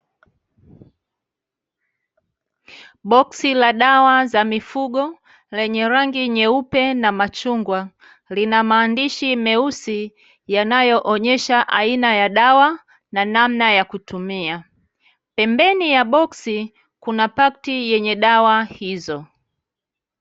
Boxi la dawa za mifugo lenye rangi nyeupe na machungwa lina maandishi meusi yanayoonyesha aina ya dawa na namna ya kutumia, pembeni ya boksi kuna pakti yenye dawa hizo .